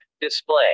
Display